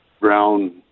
Brown